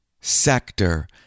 sector